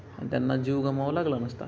आणि त्यांना जीव गमवावा लागला नसता